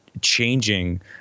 changing